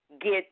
get